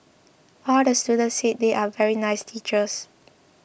all the students said they are very nice teachers